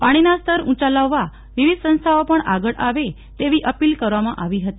પાણીના સ્તર ઊંચા લાવવા વિવિધ સંસ્થાઓ પણ આગળ આવે તેવી હાકલ કરી હતી